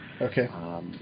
Okay